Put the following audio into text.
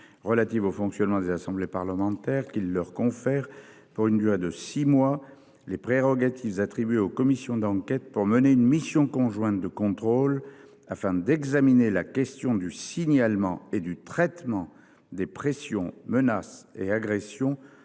relatives au fonctionnement des assemblées parlementaires qui leur confère pour une durée de 6 mois les prérogatives attribuées aux commissions d'enquête pour mener une mission conjointe de contrôle afin d'examiner la question du signalement et du traitement des pressions, menaces et agressions